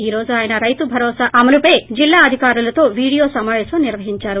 ఈ రోజు ఆయన రైతు భరోసా అమలుపై జిల్లా అధికారులతో వీడియో సమాపేశం నిర్వహిందారు